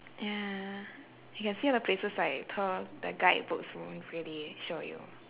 ya you can see all the places like tour the guidebooks won't really show you